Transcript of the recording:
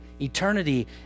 eternity